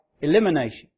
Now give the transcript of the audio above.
elimination